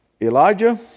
Elijah